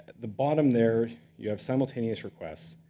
the bottom there, you have simultaneous requests.